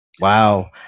Wow